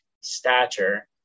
stature